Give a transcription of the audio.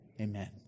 Amen